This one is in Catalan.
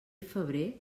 febrer